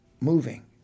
moving